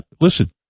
Listen